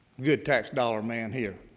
good tax dollar man here,